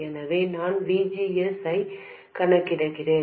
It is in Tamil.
எனவே நான் V G S ஐக் கணக்கிடுகிறேன்